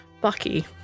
Bucky